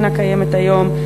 שאינה קיימת היום,